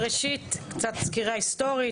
ראשית, קצת סקירה היסטורית.